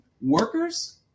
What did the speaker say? workers